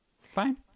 fine